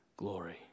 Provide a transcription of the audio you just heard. glory